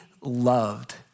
loved